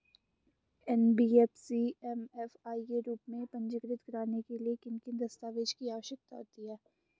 NBFC MFI के रूप में पंजीकृत कराने के लिए किन किन दस्तावेज़ों की आवश्यकता होती है?